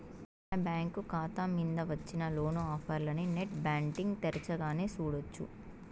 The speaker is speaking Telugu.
మన బ్యాంకు కాతా మింద వచ్చిన లోను ఆఫర్లనీ నెట్ బ్యాంటింగ్ తెరచగానే సూడొచ్చు